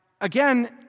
again